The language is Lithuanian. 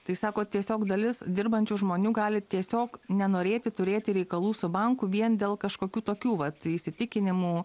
tai sakot tiesiog dalis dirbančių žmonių gali tiesiog nenorėti turėti reikalų su banku vien dėl kažkokių tokių vat įsitikinimų